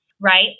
Right